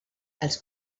els